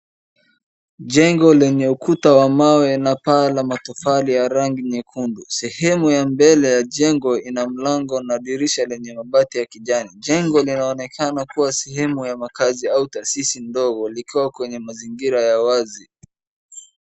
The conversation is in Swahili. Jengo lenye ukuta wa mawe na paa la matofali yabrangi nyekundu. Sehemu ya mbele ya ya jengo ina mlango na dirisha lenye mabati ya kijani. Jengo linaonekana kuwa sehemu ya makazi au tahasisi ndogo likiwa kwenye mazingira ya wazi.